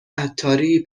عطاری